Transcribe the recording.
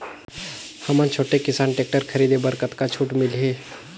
हमन छोटे किसान टेक्टर खरीदे बर कतका छूट मिलही?